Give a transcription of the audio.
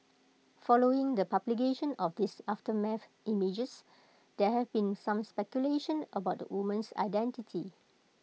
following the publication of these aftermath images there have been some speculation about the woman's identity